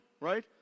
right